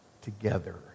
together